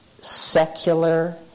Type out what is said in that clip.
secular